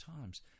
times